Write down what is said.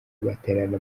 baterana